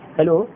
Hello